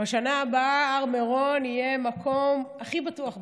בשנה הבאה הר מירון יהיה המקום הכי בטוח בארץ,